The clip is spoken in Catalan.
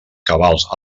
cabals